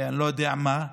אני לא יודע מה,